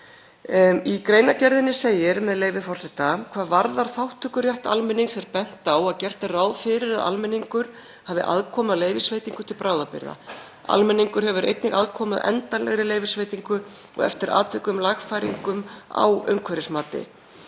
Í greinargerðinni segir, með leyfi forseta: „Hvað varðar þátttökurétt almennings er bent á að gert er ráð fyrir að almenningur hafi aðkomu að leyfisveitingu til bráðabirgða. Almenningur hefur einnig aðkomu að endanlegri leyfisveitingu og, eftir atvikum, lagfæringum á umhverfismati.“